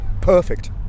perfect